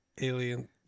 alien